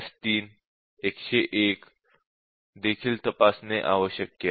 3 101 देखील तपासणे आवश्यक आहे